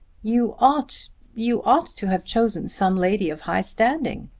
you ought you ought to have chosen some lady of high standing,